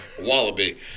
wallaby